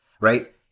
right